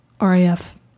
RAF